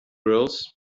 roles